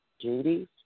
duties